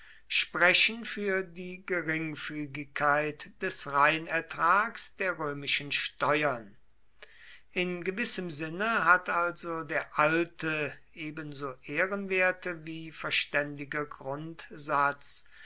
sprechen für die geringfügigkeit des reinertrags der römischen steuern in gewissem sinne hat also der alte ebenso ehrenwerte wie verständige grundsatz